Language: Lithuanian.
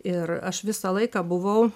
ir aš visą laiką buvau